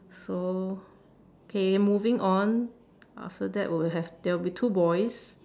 so K moving on after that will have there will be two boys